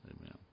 amen